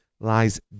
lies